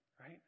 Right